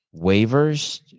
waivers